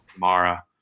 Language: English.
Mara